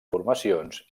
formacions